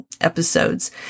episodes